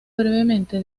brevemente